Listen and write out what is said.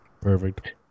Perfect